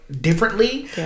differently